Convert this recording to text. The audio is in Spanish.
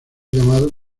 llamado